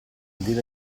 dire